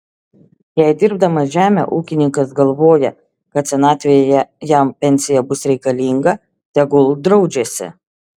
jei dirbdamas žemę ūkininkas galvoja kad senatvėje jam pensija bus reikalinga tegul draudžiasi